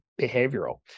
behavioral